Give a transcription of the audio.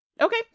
Okay